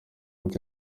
cyari